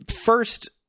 first